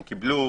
הם קיבלו